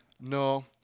No